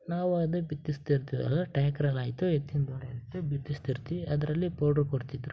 ನಾವು ಅದೇ ಬಿತ್ತಿಸುತ್ತಿರ್ತೀವಲ್ಲ ಟ್ಯಾಕರಲ್ಲಿ ಆಯಿತು ಎತ್ತಿನ ಬಿತ್ತಿಸ್ತಿರ್ತೀವಿ ಅದರಲ್ಲಿ ಪೌಡ್ರು ಕೊಡ್ತಿದ್ದರು